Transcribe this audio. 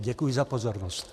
Děkuji za pozornost.